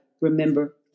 remember